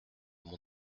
mon